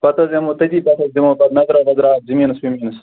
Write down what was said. پَتہٕ حظ بیٚہمو تَتی پَتہٕ حظ دِمو پَتہٕ نَظراہ وَظراہ اَتھ زٔمیٖنَس ؤمیٖنس